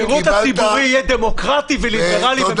השירות הציבורי יהיה דמוקרטי וליברלי.